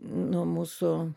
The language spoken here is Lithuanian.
nu mūsų